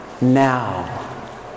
now